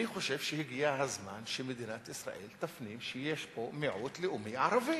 אני חושב שהגיע הזמן שמדינת ישראל תפנים שיש פה מיעוט לאומי ערבי.